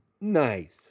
Nice